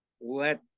let